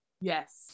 yes